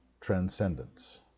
transcendence